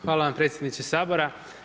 Hvala vam predsjedniče Sabora.